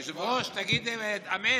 היושב-ראש, תגיד אמן.